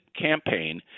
campaign